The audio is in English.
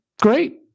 great